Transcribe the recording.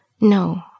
No